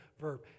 verb